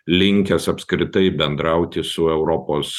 linkęs apskritai bendrauti su europos